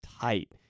tight